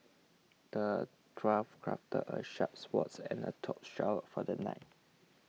the dwarf crafted a sharp sword and a tough shield for the knight